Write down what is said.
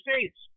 States